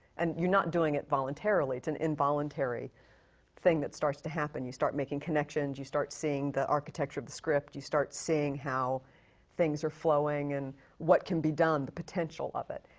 and you're not doing it voluntarily, it's an involuntary thing that starts to happen. you start making connections, you start seeing the architecture of the script, you start seeing how things are flowing, and what can be done, the potential of it.